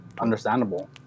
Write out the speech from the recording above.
understandable